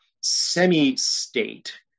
semi-state